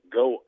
go